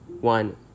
One